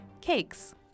Cakes